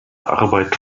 arbeit